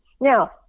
Now